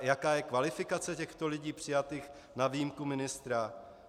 Jaká je kvalifikace těchto lidí přijatých na výjimku ministra?